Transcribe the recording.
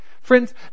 friends